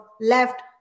left